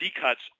cuts